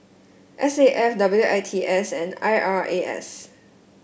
S A F W I T S and I R A S